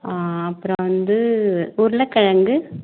ஆ அப்புறோம் வந்து உருளைக்கெழங்கு